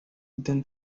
then